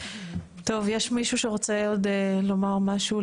טוב, יש עוד מישהו שרוצה לומר משהו?